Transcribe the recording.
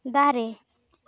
ᱫᱟᱨᱮ